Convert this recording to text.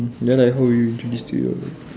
then like how would you introduce to your